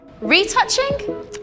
Retouching